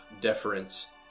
deference